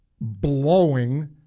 blowing